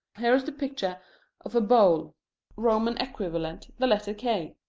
here is the picture of a bowl roman equivalent, the letter k.